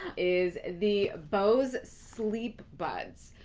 is the bose sleep buds.